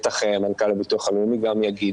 בטח מנכ"ל הביטוח הלאומי גם יגיד